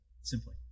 simply